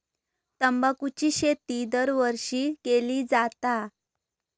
तंबाखूची शेती दरवर्षी केली जाता